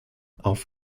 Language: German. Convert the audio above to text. auf